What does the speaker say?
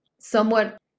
somewhat